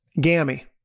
Gammy